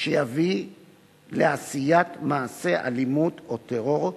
שיביא לעשיית מעשה אלימות או טרור,